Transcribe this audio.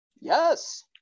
Yes